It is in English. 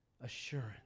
assurance